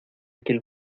aquel